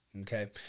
okay